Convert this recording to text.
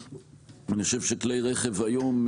אני חושב שכלי רכב פרטיים היום,